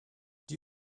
die